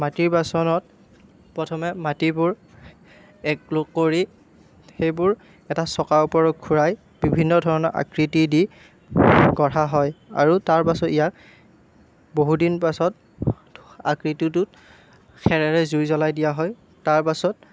মাটিৰ বাচনত প্ৰথমে মাটিবোৰ এক লগ কৰি সেইবোৰ এটা চকাৰ ওপৰত ঘূৰাই বিভিন্ন ধৰণৰ আকৃতি দি গঢ়া হয় আৰু তাৰপাছত ইয়াক বহুদিন পাছত আকৃতিটোত খেৰেৰে জুই জ্বলাই দিয়া হয় তাৰপাছত